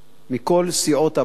מכל סיעות הבית,